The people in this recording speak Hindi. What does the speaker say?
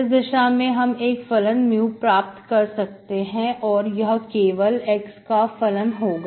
इस दशा में हम एक फलन mu प्राप्त कर सकते हैं और यह केवल x का फलन होगा